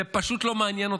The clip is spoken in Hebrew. זה פשוט לא מעניין אותו,